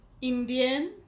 Indian